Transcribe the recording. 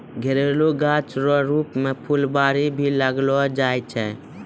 घरेलू गाछ रो रुप मे फूलवारी भी लगैलो जाय छै